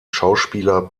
schauspieler